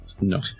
No